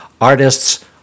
artists